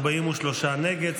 43 נגד.